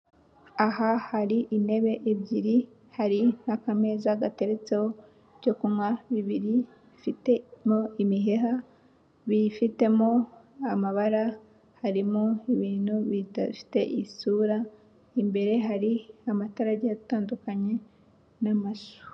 Aha hari intebe ebyiri, hari n'akameza gateretseho ibyo kunywa bibiri, bifitemo imiheha, bifitemo amabara, harimo ibintu bidafite isura, imbere hari amatara agiye atandukanye n'amashyo.